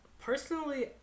personally